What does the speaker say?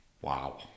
Wow